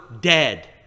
dead